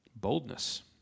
boldness